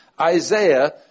Isaiah